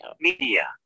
media